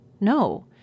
No